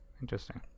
Interesting